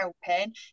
helping